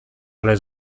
ale